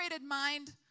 mind